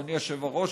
אדוני היושב-ראש,